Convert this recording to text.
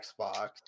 Xbox